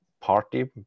party